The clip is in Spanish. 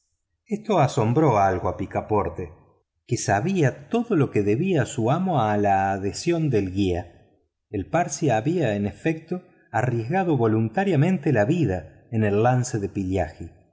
esto asombró algo a picaporte que sabía todo lo que debía su amo a la adhesión del guía el parsi había en efecto arriesgado voluntariamente la vida en el lance de pillaji